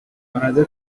another